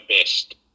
best